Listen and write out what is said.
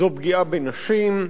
זו פגיעה בנשים.